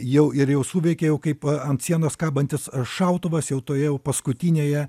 jau ir jau suveikia jau kaip ant sienos kabantis šautuvas jau toje jau paskutinėje